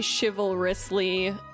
chivalrously